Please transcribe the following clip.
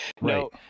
No